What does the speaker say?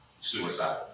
suicidal